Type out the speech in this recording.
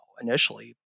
initially